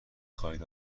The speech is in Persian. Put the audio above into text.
خواهید